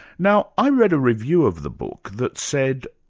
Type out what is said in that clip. now i read a review of the book that said,